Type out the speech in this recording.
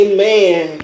Amen